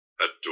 Adore